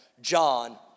John